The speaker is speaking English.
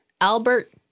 Albert